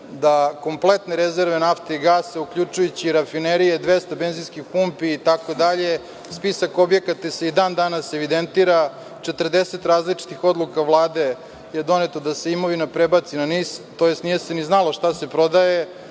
da kompletne rezerve nafte i gasa, uključujući i rafinerije i 200 benzinskih pumpi itd, spisak objekata se i dan danas evidentira, 40 različitih odluka Vlade je doneto da se imovina prebaci na NIS, tj. nije se ni znalo šta se prodaje,